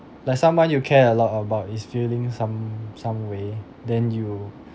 like someone you care a lot about is feeling some some way then you